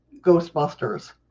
Ghostbusters